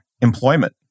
employment